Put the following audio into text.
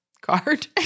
card